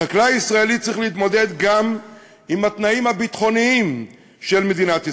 החקלאי הישראלי צריך להתמודד גם עם התנאים הביטחוניים של מדינת ישראל.